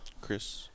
Chris